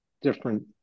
different